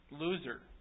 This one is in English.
loser